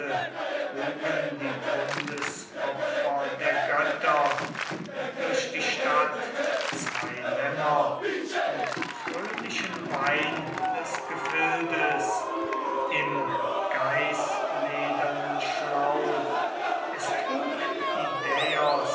trugen die bundesopfer der götter durch die stadt zwei lämmer und fröhlichen wein des gefildes im geißledernen schlauch es trug